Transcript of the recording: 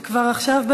זה כבר עכשיו,